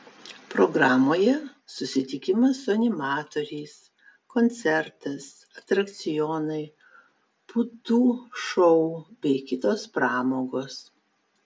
programoje susitikimas su animatoriais koncertas atrakcionai putų šou bei kitos pramogos